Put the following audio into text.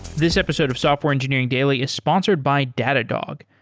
this episode of software engineering daily is sponsored by datadog.